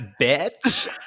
bitch